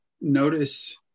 notice